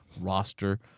roster